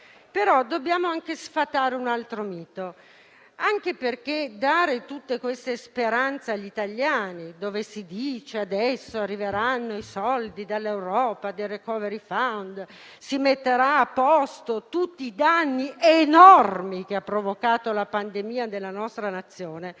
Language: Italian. Però dobbiamo anche sfatare un altro mito, anche perché non bisogna dare tutte queste speranze agli italiani, dicendo che adesso arriveranno i soldi dell'Europa e del *recovery fund* e si metteranno a posto tutti gli enormi danni che ha provocato la pandemia alla nostra Nazione.